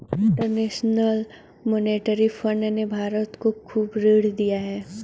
international Monetary Fund ने भारत को खूब ऋण दिया है